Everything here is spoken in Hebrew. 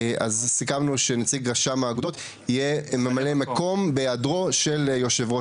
אז סיכמנו שנציג רשם האגודות יהיה ממלא מקום בהיעדרו של יושב ראש